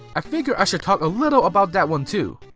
i figure i should talk a little about that one too.